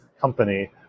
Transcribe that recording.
company